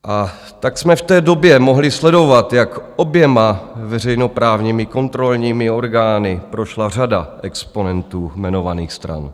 A tak jsme v té době mohli sledovat, jak oběma veřejnoprávními kontrolními orgány prošla řada exponentů jmenovaných stran.